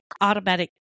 automatic